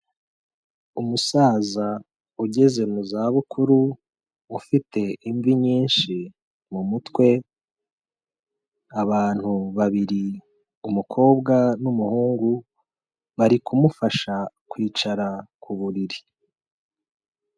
Umusaza ugeze mu zabukuru ufite imvi nyinshi mu mutwe, abantu babiri umukobwa n'umuhungu bari kumufasha kwicara ku buriri.